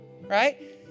Right